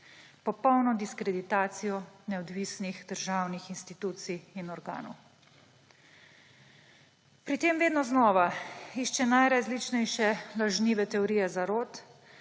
popolno diskreditacijo neodvisnih državnih institucij in organov. Pri tem vedno znova išče najrazličnejše lažnive teorije zarot,